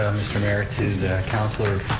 um mr. mayor to the councilor.